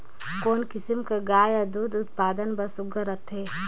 कोन किसम कर गाय हर दूध उत्पादन बर सुघ्घर रथे?